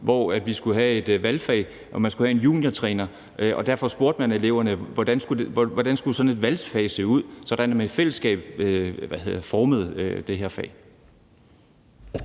hvor vi skulle have et valgfag og en juniortræner, og derfor spurgte man eleverne, hvordan sådan et valgfag skulle se ud, sådan at man i fællesskab formede det her fag.